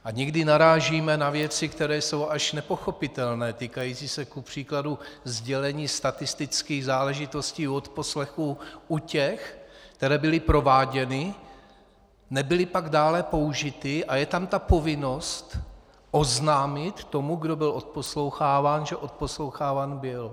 A někdy narážíme na věci, které jsou až nepochopitelné, týkající se kupříkladu sdělení statistických záležitostí odposlechů u těch, které byly prováděny, nebyly pak dále použity, a je tam povinnost oznámit tomu, kdo byl odposloucháván, že odposloucháván byl.